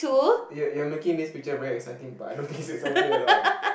you're you're making this picture very exciting but I don't think it's exciting at all